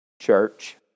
church